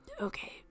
Okay